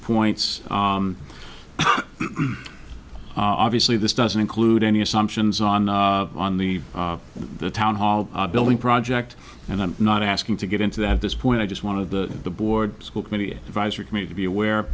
points obviously this doesn't include any assumptions on on the town hall building project and i'm not asking to get into that at this point i just want to the board school committee advisory committee to be aware